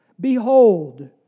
Behold